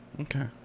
okay